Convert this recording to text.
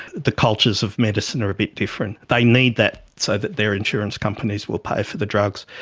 the cultures of medicine are a bit different they need that so that their insurance companies will pay for the drugs,